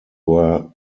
were